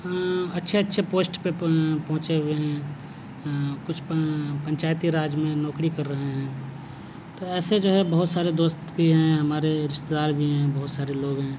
اچھے اچھے پوسٹ پہ پہنچے ہوئے ہیں کچھ پنچایتی راج میں نوکری کر رہے ہیں تو ایسے جو ہے بہت سارے دوست بھی ہیں ہمارے رشتے دار بھی ہیں بہت سارے لوگ ہیں